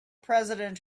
president